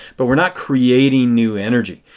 but we are not creating new energy.